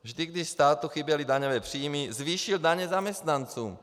Vždy když státu chyběly daňové příjmy, zvýšil daně zaměstnancům.